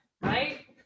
right